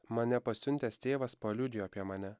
mane pasiuntęs tėvas paliudijo apie mane